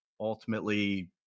ultimately